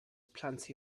plenty